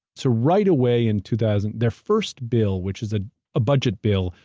so right away in two thousand, their first bill which is a budget bill,